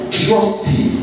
trusty